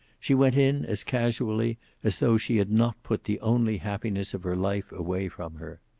she went in as casually as though she had not put the only happiness of her life away from her.